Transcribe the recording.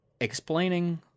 explaining